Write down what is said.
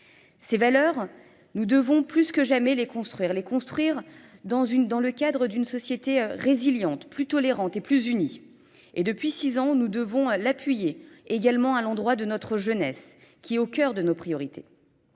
Ces valeurs, nous devons plus que jamais les construire. Les construire dans le cadre d'une société résiliente, plus tolérante et plus unie. Et depuis six ans, nous devons l'appuyer également à l'endroit de notre jeunesse qui est au cœur de nos priorités.